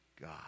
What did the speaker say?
God